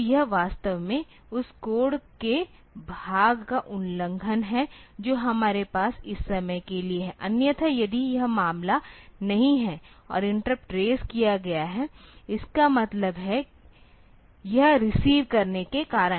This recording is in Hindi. तो यह वास्तव में उस कोड के भाग पर लंघन है जो हमारे पास इस समय के लिए है अन्यथा यदि यह मामला नहीं है और इंटरप्ट रेज किया गया है इसका मतलब है यह रिसीव करने के कारण है